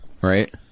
Right